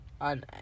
on